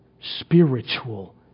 spiritual